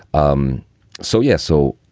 um so, yeah. so,